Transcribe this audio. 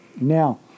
Now